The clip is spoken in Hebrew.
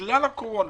בגלל הקורונה,